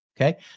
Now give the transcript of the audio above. Okay